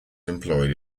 employed